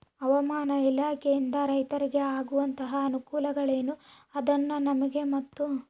ಹವಾಮಾನ ಇಲಾಖೆಯಿಂದ ರೈತರಿಗೆ ಆಗುವಂತಹ ಅನುಕೂಲಗಳೇನು ಅನ್ನೋದನ್ನ ನಮಗೆ ಮತ್ತು?